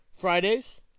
Fridays